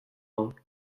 hawn